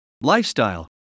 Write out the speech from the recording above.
lifestyle